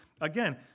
again